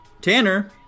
Tanner